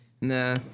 Nah